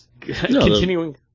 continuing